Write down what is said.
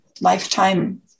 lifetime